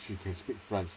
she can speak france